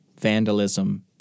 vandalism